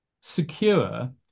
secure